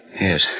Yes